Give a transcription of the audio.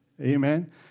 Amen